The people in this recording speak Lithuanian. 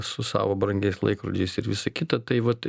su savo brangiais laikrodžiais ir visa kita tai va tai